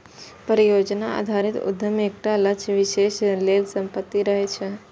परियोजना आधारित उद्यम एकटा लक्ष्य विशेष लेल समर्पित रहै छै